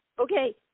Okay